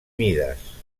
mides